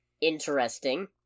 interesting